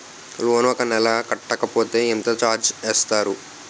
Loan ఒక నెల కట్టకపోతే ఎంత ఛార్జ్ చేస్తారు?